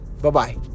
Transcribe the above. bye-bye